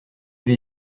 l’ai